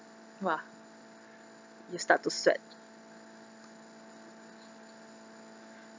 !wah! you start to sweat